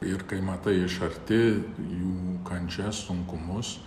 ir kai matai iš arti jų kančias sunkumus